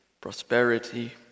prosperity